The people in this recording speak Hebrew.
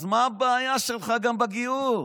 אז מה הבעיה שלך גם בגיור?